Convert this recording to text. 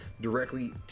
directly